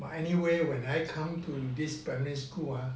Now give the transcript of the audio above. but anyway when I come to this primary school ah